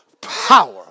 power